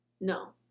No